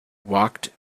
walked